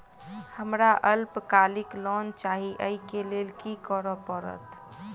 हमरा अल्पकालिक लोन चाहि अई केँ लेल की करऽ पड़त?